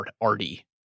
arty